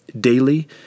daily